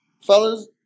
Fellas